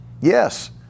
Yes